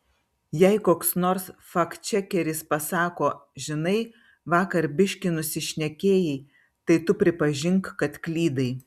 jei koks nors faktčekeris pasako žinai vakar biškį nusišnekėjai tai tu pripažink kad klydai